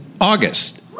August